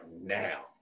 now